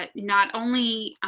ah not only